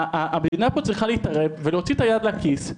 המדינה פה צריכה להתערב, ולהכניס את היד לכיס.